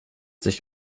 sich